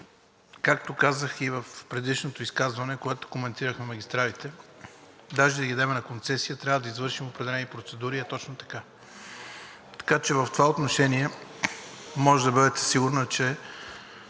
Както казах и в предишното изказване, когато коментирахме магистралите, даже и да ги дадем на концесия, трябва да извършим определени процедури. Така че в това отношение може да бъдете сигурна,